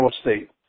State